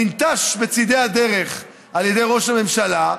ננטש בצידי הדרך על ידי ראש הממשלה,